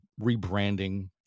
rebranding